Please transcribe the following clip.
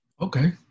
okay